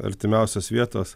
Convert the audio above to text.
artimiausios vietos